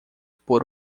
por